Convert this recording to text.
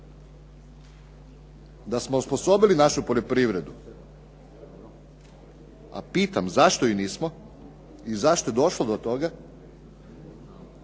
Da smo osposobili našu poljoprivredu, a pitam zašto ju nismo i zašto je došlo do toga,